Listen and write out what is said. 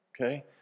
okay